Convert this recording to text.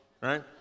right